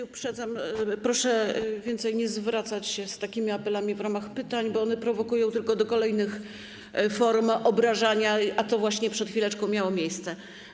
Uprzedzam, proszę więcej nie zwracać się z takimi apelami w ramach pytań, bo one tylko prowokują do kolejnych form obrażania, a to właśnie przed chwileczką miało miejsce.